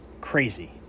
crazy